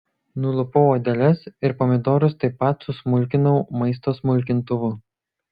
nulupau odeles ir pomidorus taip pat susmulkinau maisto smulkintuvu